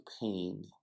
pain